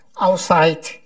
outside